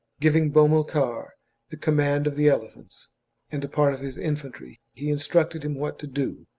giving bomilcar the command of the elephants and a part of his infantry, he instructed him what to do,